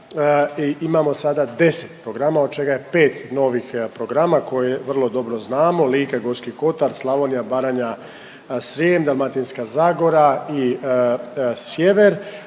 Imamo sada 10 programa od čega je 5 novih programa koje vrlo dobro znamo Lika, Gorski kotar, Slavonija, Baranja, Srijem, Dalmatinska zagora i sjever,